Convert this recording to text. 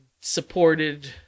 supported